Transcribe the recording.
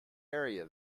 area